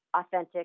authentic